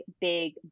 big